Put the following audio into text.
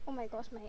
oh my gosh my